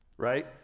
Right